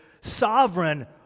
sovereign